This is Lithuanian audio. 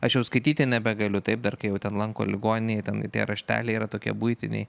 aš jau skaityti nebegaliu taip dar kai jau ten lanko ligoninėj ten tie rašteliai yra tokie buitiniai